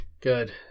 Good